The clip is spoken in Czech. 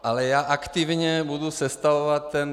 Ale já aktivně budu sestavovat ten 2015.